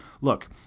Look